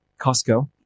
Costco